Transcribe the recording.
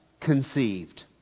conceived